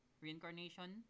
reincarnation